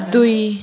दुई